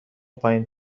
پایین